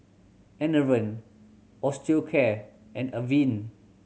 Enervon Osteocare and Avene